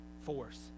force